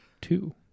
Two